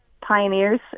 pioneers